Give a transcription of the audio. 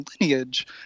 lineage